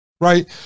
right